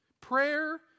Prayer